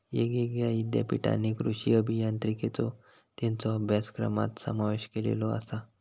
येगयेगळ्या ईद्यापीठांनी कृषी अभियांत्रिकेचो त्येंच्या अभ्यासक्रमात समावेश केलेलो आसा